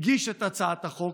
הגיש את הצעת החוק,